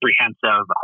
comprehensive